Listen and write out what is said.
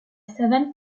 savane